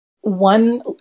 one